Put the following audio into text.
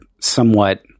somewhat